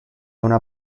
una